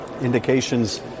indications